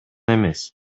эмес